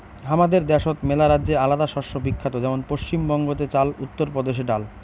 হামাদের দ্যাশোত মেলারাজ্যে আলাদা শস্য বিখ্যাত যেমন পশ্চিম বঙ্গতে চাল, উত্তর প্রদেশে ডাল